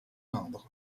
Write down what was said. inde